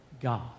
God